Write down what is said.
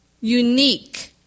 Unique